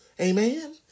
amen